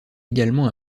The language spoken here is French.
également